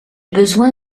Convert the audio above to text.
besoin